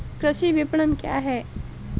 कृषि विपणन क्या है?